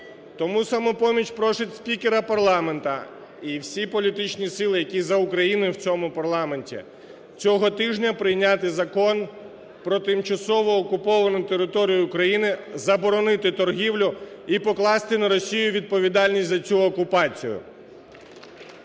Тому "Самопоміч" просить спікера парламенту і всі політичні сили, які за Україну і в цьому парламенті, цього тижня прийняти Закон про тимчасово окуповану територію України заборонити торгівлю і покласти на Росію відповідальність за цю окупацію.